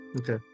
Okay